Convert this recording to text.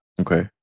Okay